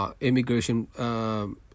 immigration